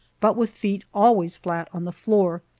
but with feet always flat on the floor,